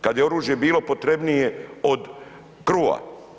Kad je oružje bilo potrebnije od kruha.